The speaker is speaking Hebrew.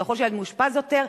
ככל שהילד מאושפז יותר,